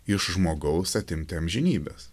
iš žmogaus atimti amžinybės